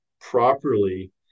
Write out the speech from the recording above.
properly